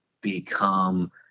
become